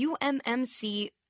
ummc